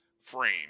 frame